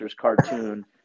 cartoon